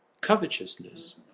Covetousness